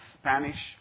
Spanish